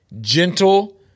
gentle